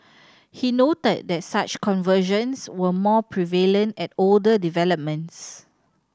he noted that such conversions were more prevalent at older developments